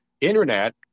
internet